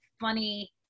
funny